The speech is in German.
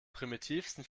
primitivsten